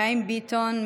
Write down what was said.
חיים ביטון,